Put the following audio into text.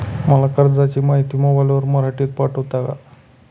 मला कर्जाची माहिती मोबाईलवर मराठीत पाठवता का?